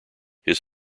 his